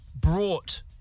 brought